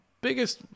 biggest